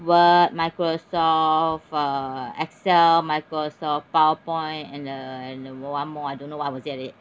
word microsoft uh excel microsoft powerpoint and uh and uh one more I don't know what was it